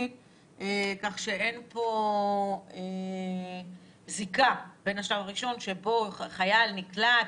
כך שאין פה זיקה בין השלב הראשון שבו חייל נקלט,